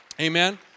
Amen